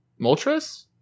moltres